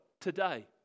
today